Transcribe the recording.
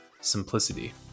Simplicity